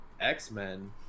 x-men